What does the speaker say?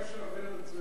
ברשותך,